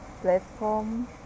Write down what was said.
platform